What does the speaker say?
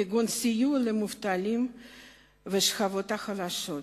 כגון סיוע למובטלים ולשכבות החלשות.